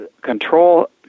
control